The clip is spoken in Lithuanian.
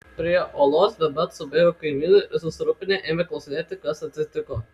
prie olos bemat subėgo kaimynai ir susirūpinę ėmė klausinėti kas atsitiko